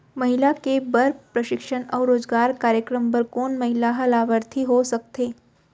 महिला के बर प्रशिक्षण अऊ रोजगार कार्यक्रम बर कोन महिला ह लाभार्थी हो सकथे?